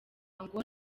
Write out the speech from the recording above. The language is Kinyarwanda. ngo